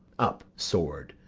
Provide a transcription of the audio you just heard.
up, sword,